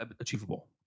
achievable